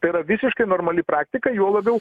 tai yra visiškai normali praktika juo labiau